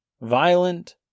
Violent